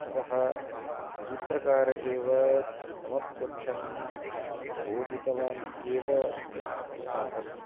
अतः सूत्रकारः एव तमप्यंशं बोधितवान् इत्येव अस्माकम्